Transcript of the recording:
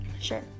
Sure